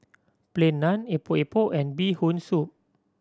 Plain Naan Epok Epok and Bee Hoon Soup